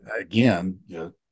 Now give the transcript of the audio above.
again